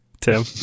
Tim